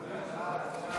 ההצעה